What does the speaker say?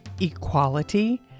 Equality